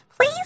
Please